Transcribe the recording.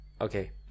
okay